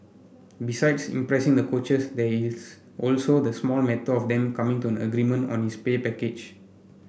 besides impressing the coaches there is also the small matter of them coming to an agreement on his pay package